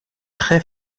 très